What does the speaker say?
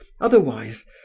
Otherwise